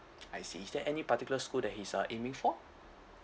I see is there any particular school that he's uh aiming for